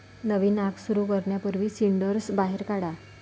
नवीन आग सुरू करण्यापूर्वी सिंडर्स बाहेर काढा